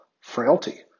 frailty